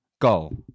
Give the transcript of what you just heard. goal